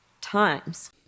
times